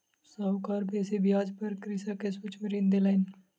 साहूकार बेसी ब्याज पर कृषक के सूक्ष्म ऋण देलैन